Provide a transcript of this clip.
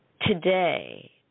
today